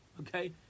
Okay